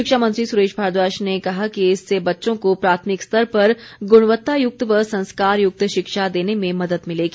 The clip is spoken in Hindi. शिक्षा मंत्री सुरेश भारद्वाज ने कहा है कि इससे बच्चों को प्राथमिक स्तर पर गुणवत्तायुक्त व संस्कारयुक्त शिक्षा देने में मदद मिलेगी